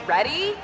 Ready